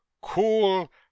Cool